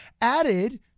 added